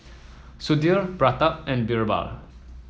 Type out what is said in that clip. Sudhir Pratap and BirbaL